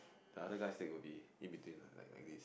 the other guy's leg will be in between one like like this